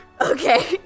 Okay